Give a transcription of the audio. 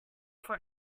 for